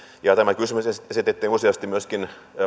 ja tämä kysymys esitettiin useasti myöskin